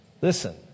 Listen